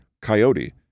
coyote